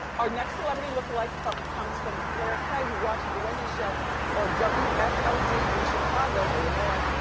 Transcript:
our next celebrity look-a-like comes from blair k, who watches the wendy show on wfld in chicago, illinois.